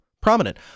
prominent